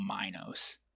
Minos